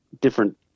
different